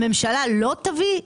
שהממשלה לא תביא?